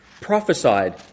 prophesied